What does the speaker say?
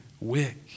wick